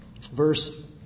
verse